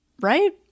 Right